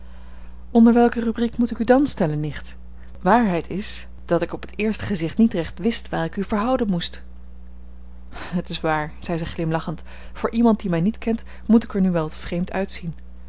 onder welke rubriek moet ik u dan stellen nicht waarheid is dat ik op het eerste gezicht niet recht wist waar ik u voor houden moest het is waar zei ze glimlachend voor iemand die mij niet kent moet ik er nu wel wat vreemd uitzien